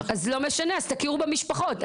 זה לא משנה אז תכירו במשפחות.